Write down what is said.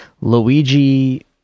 luigi